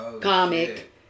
comic